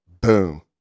Boom